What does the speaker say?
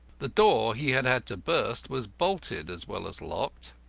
the door he had had to burst was bolted as well as locked.